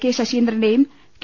K ശശീന്ദ്രന്റെയും K